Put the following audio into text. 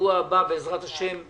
בשבוע הבא זה יהיה בסדר-היום, אנחנו